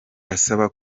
asaba